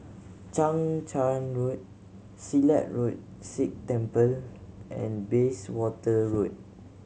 Chang Charn Road Silat Road Sikh Temple and Bayswater Road